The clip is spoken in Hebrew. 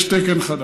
יש תקן חדש.